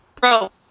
bro